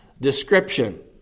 description